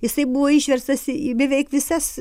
jisai buvo išverstas į beveik visas